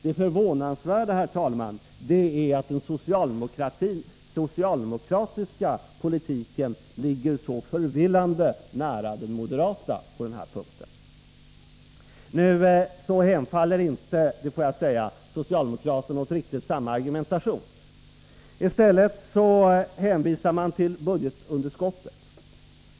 Det förvånandsvärda, herr talman, är att den socialdemokratiska politiken ligger så förvillande nära den moderata på den här punkten. Nu hemfaller inte — det får jag medge — socialdemokraterna åt riktigt samma argumentation. I stället hänvisar de till budgetunderskottet.